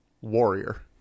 Warrior